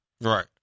Right